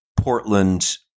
Portland